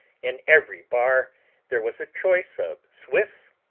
in every bar there was a choice of swiss,